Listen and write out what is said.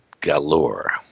galore